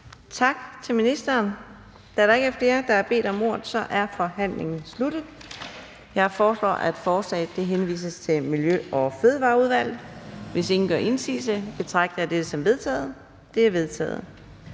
tak til miljøministeren. Der er ikke flere, der har bedt om ordet, og derfor er forhandlingen sluttet. Jeg foreslår, at lovforslaget henvises til Miljø- og Fødevareudvalget. Hvis ingen gør indsigelse, betragter jeg det som vedtaget. Det er vedtaget.